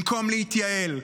במקום להתייעל,